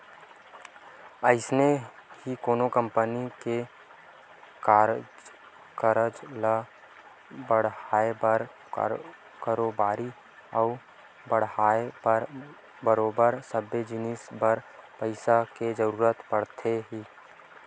अइसने ही कोनो कंपनी के कारज ल बड़हाय बर कारोबारी ल बड़हाय बर बरोबर सबे जिनिस बर पइसा के जरुरत पड़थे ही